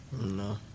no